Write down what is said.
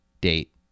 date